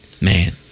Man